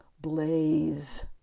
blaze